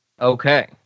Okay